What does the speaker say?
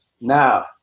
Now